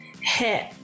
hit